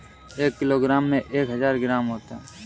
एक किलोग्राम में एक हजार ग्राम होते हैं